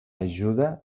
ajuda